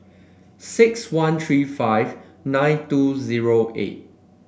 six one three five nine two zero eight